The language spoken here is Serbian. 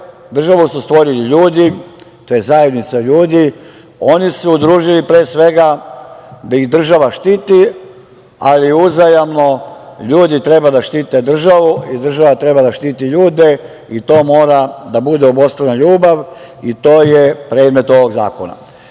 državu su stvorili ljudi, to je zajednica ljudi. Oni su se udružili pre svega da ih država štiti, ali uzajamno ljudi treba da štite državu i država treba da štiti ljudi i to mora da bude obostrana ljubav. To je predmet ovog zakona. Moram